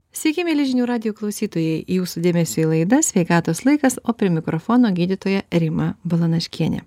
sveiki mieli žinių radijo klausytojai jūsų dėmesiui laida sveikatos laikas o prie mikrofono gydytoja rima balanaškienė